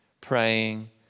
praying